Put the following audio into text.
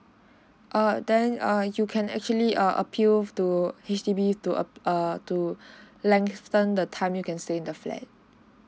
err then err you can actually err appeal to H_D_B to err err to lengthen the time you can stay in the flat